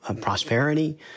prosperity